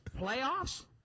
Playoffs